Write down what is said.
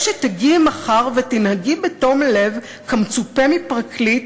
שתגיעי מחר ותנהגי בתום לב כמצופה מפרקליט,